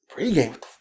pregame